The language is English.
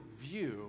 view